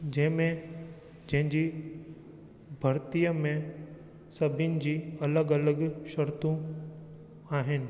जंहिं में जंहिंजी भर्तीअ में सभिनी जी अलॻि अलॻि शर्तू आहिनि